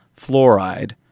fluoride